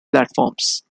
platforms